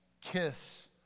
kiss